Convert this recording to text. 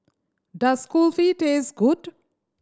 does Kulfi taste good